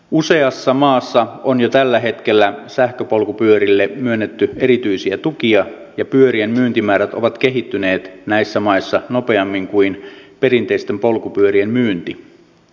useassa maassa on jo tällä hetkellä sähköpolkupyörille myönnetty erityisiä tukia ja pyörien myyntimäärät ovat kehittyneet näissä maissa nopeammin kuin perinteisten polkupyörien myynti